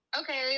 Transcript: okay